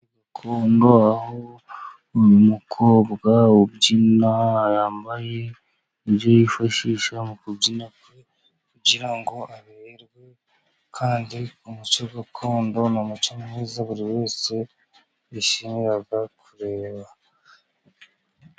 Umuco gakongo aho uyu mukobwa ubyina yambaye ibyo yifashisha mu kubyina kwe kugira ngo abererwe. Kandi umuco gakondo ni umuco mwiza buri wese yishimira kureba.